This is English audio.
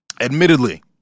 admittedly